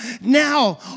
now